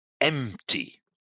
empty